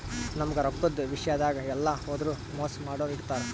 ನಮ್ಗ್ ರೊಕ್ಕದ್ ವಿಷ್ಯಾದಾಗ್ ಎಲ್ಲ್ ಹೋದ್ರು ಮೋಸ್ ಮಾಡೋರ್ ಇರ್ತಾರ